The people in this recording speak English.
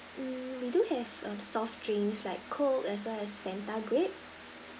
mm we do have a soft drinks like coke as well as fanta grape